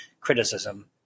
criticism